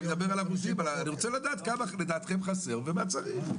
אני רוצה לדעת כמה לדעתכם חסר ומה צריך.